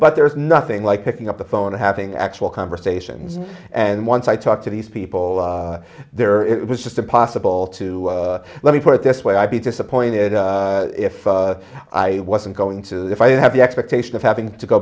but there's nothing like picking up the phone and having actual conversations and once i talk to these people there it was just impossible to let me put it this way i'd be disappointed if i wasn't going to if i didn't have the expectation of having to go